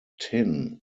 tin